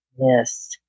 Yes